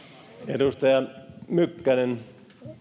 edustaja mykkänen